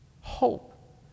hope